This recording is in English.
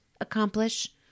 accomplish